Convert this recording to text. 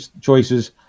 choices